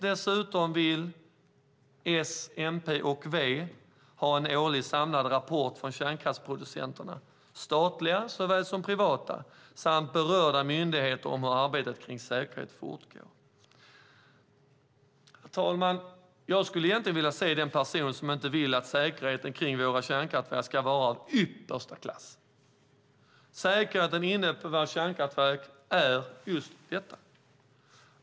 Dessutom vill de ha en årlig samlad rapport från kärnkraftsproducenterna, statliga såväl som privata, och berörda myndigheter om hur arbetet kring säkerhet fortgår. Herr talman! Jag skulle vilja se den person som inte vill att säkerheten kring våra kärnkraftverk ska vara av yppersta klass. Säkerheten inne på våra kärnkraftverk är just detta.